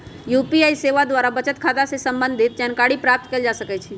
UPI सेवा द्वारा बचत खता से संबंधित जानकारी प्राप्त कएल जा सकहइ